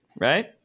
right